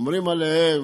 שאומרים עליהן,